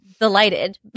delighted